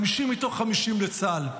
50 מתוך 50 לצה"ל,